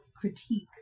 critique